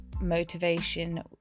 motivation